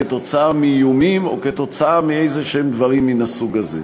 כתוצאה מאיומים או כתוצאה מאיזשהם דברים מן הסוג הזה.